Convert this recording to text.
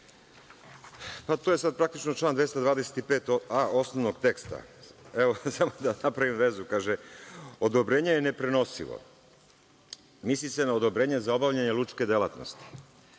To je sad praktično član 225a osnovnog teksta. Sad da napravim vezu, kaže – odobrenje je neprenosivo. Misli se na odobrenje za obavljanje lučke delatnosti,